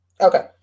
Okay